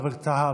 חבר הכנסת טאהא,